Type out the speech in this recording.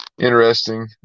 interesting